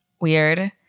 weird